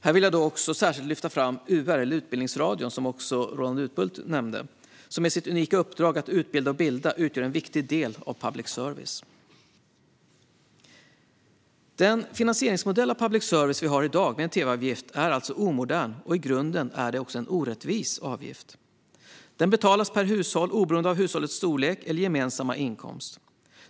Här vill jag också särskilt lyfta fram UR, Utbildningsradion, som också Roland Utbult nämnde, som med sitt unika uppdrag att utbilda och bilda utgör en viktig del av public service. Den finansieringsmodell av public service som vi har i dag med en tvavgift är omodern. I grunden är det också en orättvis avgift. Den betalas per hushåll oberoende av hushållets storlek eller gemensamma inkomst.